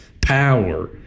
power